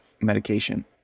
medication